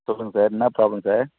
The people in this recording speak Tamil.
சொல்லுங்கள் சார் என்ன ப்ராப்ளம் சார்